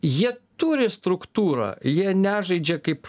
jie turi struktūrą jie nežaidžia kaip